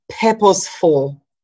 purposeful